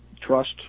Trust